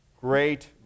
Great